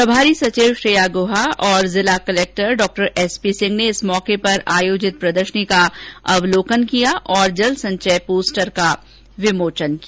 प्रभारी सचिव श्रेया गुहा और जिला कलेक्टर डॉ एस पी सिंह ने इस मौके पर आयोजित प्रदर्शनी का अवलोकन किया और जल संचय पोस्टर का विमोचन किया